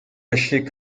lâcher